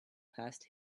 passed